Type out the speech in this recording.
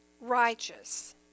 righteous